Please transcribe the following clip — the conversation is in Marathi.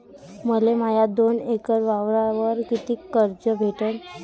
मले माया दोन एकर वावरावर कितीक कर्ज भेटन?